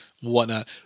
whatnot